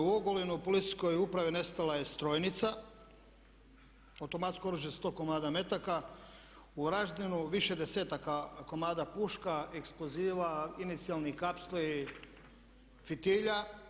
U Ogulinu u policijskoj upravi nestala je strojnica, automatsko oružje sa 100 komada metaka, u Varaždinu više desetaka komada puška, eksploziva, inicijalnih kapsli, fitilja.